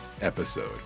episode